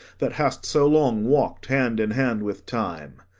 that hast so long walk'd hand in hand with time.